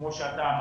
כמו שאתה אמרת.